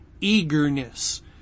eagerness